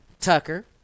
Tucker